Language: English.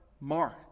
Mark